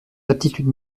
aptitudes